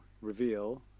reveal